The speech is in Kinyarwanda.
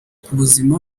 k’ubuzima